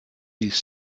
these